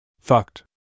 Fucked